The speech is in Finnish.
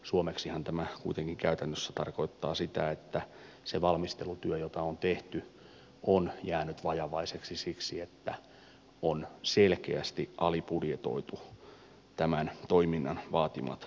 suomeksihan tämä kuitenkin käytännössä tarkoittaa sitä että se valmistelutyö jota on tehty on jäänyt vajavaiseksi siksi että on selkeästi alibudjetoitu tämän toiminnan vaatimat määrärahat